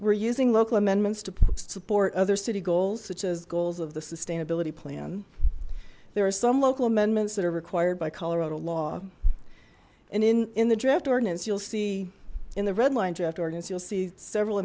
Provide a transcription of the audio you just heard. we're using local amendments to support other city goals such as goals of the sustainability plan there are some local amendments that are required by colorado law and in in the draft ordinance you'll see in the